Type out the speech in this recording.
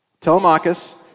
Telemachus